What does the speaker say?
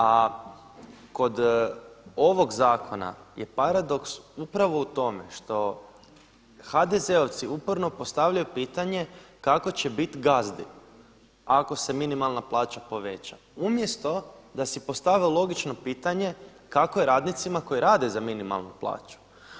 A kod ovog zakona je paradoks upravo o tome što HDZ-ovci uporno postavljaju pitanje kako će biti gazdi ako se minimalna plaća poveća, umjesto da si postave logično pitanje kako je radnicima koji rade za minimalnu plaću.